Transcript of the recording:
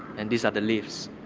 and these are the lifts.